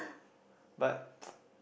but